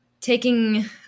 taking